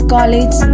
College